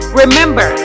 remember